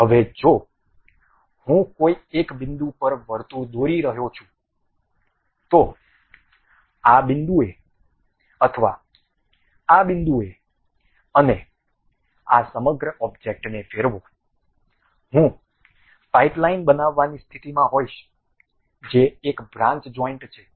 હવે જો હું કોઈ એક બિંદુ પર વર્તુળ દોરી રહ્યો છું તો આ બિંદુએ અથવા આ બિંદુએ અને આ સમગ્ર ઓબ્જેક્ટને ફેરવો હું પાઇપલાઇન બનાવવાની સ્થિતિમાં હોઈશ જે એક બ્રાન્ચ જોઈન્ટ છે